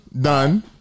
done